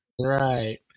Right